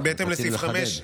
חשוב לחדד.